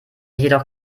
jedoch